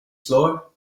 floor